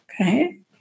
Okay